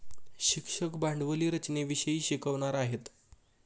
शिक्षक भांडवली रचनेविषयी शिकवणार आहेत